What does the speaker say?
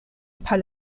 par